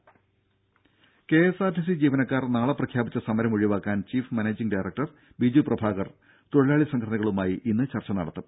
ദ്ദേ കെഎസ്ആർടിസി ജീവനക്കാർ നാളെ പ്രഖ്യാപിച്ച സമരം ഒഴിവാക്കാൻ chief managing director Biju Prabhakar തൊഴിലാളി സംഘടനകളുമായി ഇന്ന് ചർച്ച നടത്തും